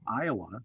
Iowa